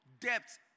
debts